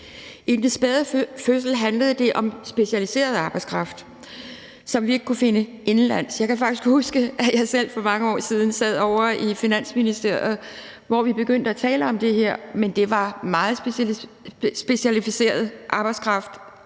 den spæde fødsel handlede det om specialiseret arbejdskraft, som vi ikke kunne finde indenlands. Jeg kan faktisk huske, at jeg selv for mange år siden sad ovre i Finansministeriet, hvor vi begyndte at tale om det her, men det var meget specialiseret arbejdskraft,